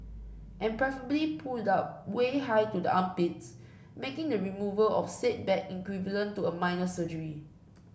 and preferably pulled up way high to the armpits making the removal of said bag equivalent to a minor surgery